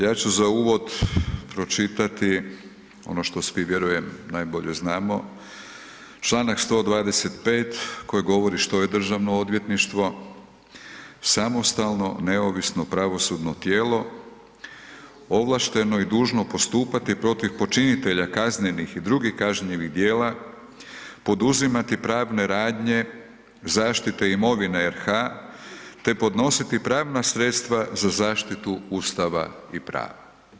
Ja ću za uvod pročitati ono što svi vjerujem najbolje znamo, čl. 125. koji govori što je Državno odvjetništvo, samostalno, neovisno pravosudno tijelo ovlašteno i dužno postupati protiv počinitelja kaznenih i drugih kažnjivih djela, poduzimati pravne radnje zaštite imovine RH te podnositi pravna sredstva za zaštitu Ustava i prava.